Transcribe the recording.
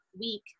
week